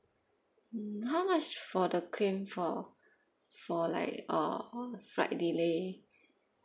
mm how much for the claim for for like uh flight delay